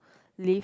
leave